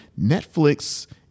Netflix